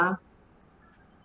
ah